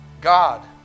God